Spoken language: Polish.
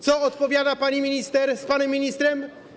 Co odpowiadają pani minister z panem ministrem?